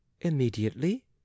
Immediately